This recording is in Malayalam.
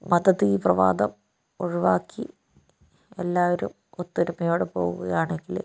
മതതീവ്രവാദം ഒഴിവാക്കി എല്ലാവരും ഒത്തൊരുമയോടെ പോവുകയാണെങ്കില്